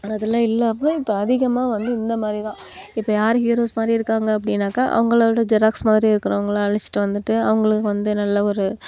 அதெல்லாம் இல்லாமல் இப்போ அதிகமாக வந்து இந்த மாதிரி தான் இப்போ யார் ஹீரோஸ் மாதிரி இருக்காங்க அப்படினாக்கா அவங்களோட ஜெராக்ஸ் மாதிரி இருக்கவங்கள அழைச்சிட்டு வந்துட்டு அவங்களுக்கு வந்து நல்ல ஒரு